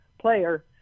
player